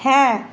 হ্যাঁ